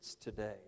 today